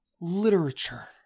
literature